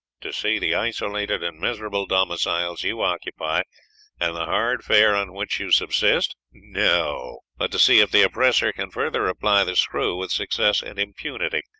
to see the isolated and miserable domiciles you occupy and the hard fare on which you subsist? no! but to see if the oppressor can further apply the screw with success and impunity.